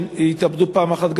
כשהתאבדו פעם אחת,